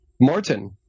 Martin